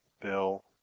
Bill